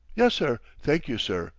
yes, sir thank you, sir,